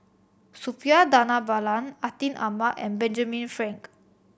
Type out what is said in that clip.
Suppiah Dhanabalan Atin Amat and Benjamin Frank